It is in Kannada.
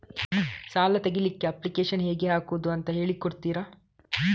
ಸಾಲ ತೆಗಿಲಿಕ್ಕೆ ಅಪ್ಲಿಕೇಶನ್ ಹೇಗೆ ಹಾಕುದು ಅಂತ ಹೇಳಿಕೊಡ್ತೀರಾ?